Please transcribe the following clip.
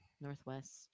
Northwest